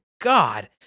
God